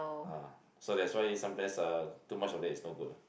ah so that's why sometimes uh too much of it is not good